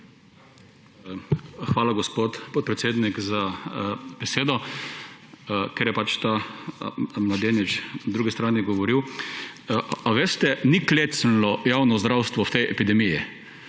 Hvala, gospod podpredsednik, za besedo, ker je pač ta mladenič na drugi strani govoril. Veste, ni klecnilo javno zdravstvo v tej epidemiji,